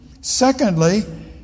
Secondly